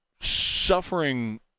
suffering